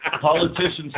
Politicians